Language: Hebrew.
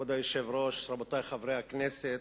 כבוד היושב-ראש, רבותי חברי הכנסת,